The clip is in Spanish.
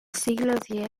siglo